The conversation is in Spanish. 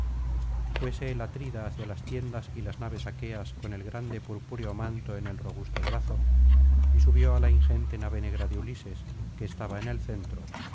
fuese el atrida hacia las tiendas y las naves aqueas con el grande purpúreo manto en el robusto brazo y subió ala ingente nave negra de ulises que estaba en el centro